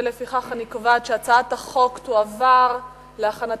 לפיכך אני קובעת שהצעת החוק תועבר להכנתה